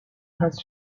هست